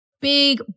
big